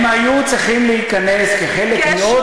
הם היו צריכים להיכנס כחלק מעוד,